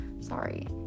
Sorry